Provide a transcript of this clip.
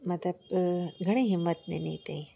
मतिलबु घणेई हिम्मत ॾिनी अथई